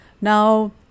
Now